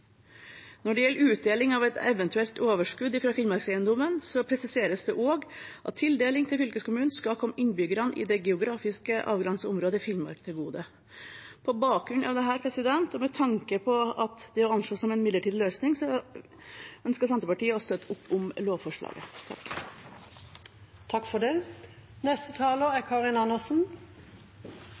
Når det gjelder utdeling av et eventuelt overskudd fra Finnmarkseiendommen, presiseres det også at tildeling til fylkeskommunen skal komme innbyggerne i det geografisk avgrensede området Finnmark til gode. På bakgrunn av dette, og med tanke på at det er å anse som en midlertidig løsning, ønsker Senterpartiet å støtte opp om lovforslaget. Denne saken kommer som et resultat av et ganske ulykkelig tvangsekteskap, og dette er et av momentene som gjør det